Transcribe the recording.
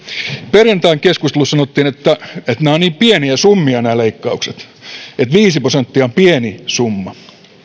perjantain keskustelussa sanottiin että nämä leikkaukset ovat pieniä summia että viisi prosenttia on pieni summa